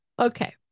Okay